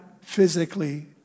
physically